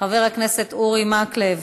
חבר הכנסת אורי מקלב,